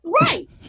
Right